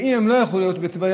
ואם הם לא יכלו להיות בטבריה,